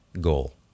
goal